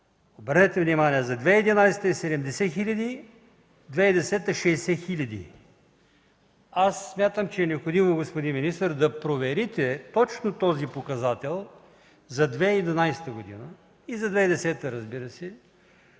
Обърнете внимание – за 2011 г. е 70 хиляди, за 2010 г. – 60 хиляди. Смятам, че е необходимо, господин министър, да проверите точно този показател за 2011 г. и за 2010 г., разбира се,